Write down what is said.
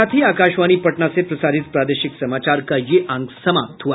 इसके साथ ही आकाशवाणी पटना से प्रसारित प्रादेशिक समाचार का ये अंक समाप्त हुआ